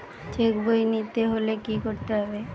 Check বই নিতে হলে কি করতে হবে?